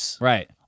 Right